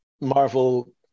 marvel